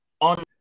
on